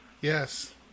Yes